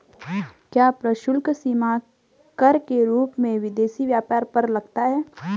क्या प्रशुल्क सीमा कर के रूप में विदेशी व्यापार पर लगता है?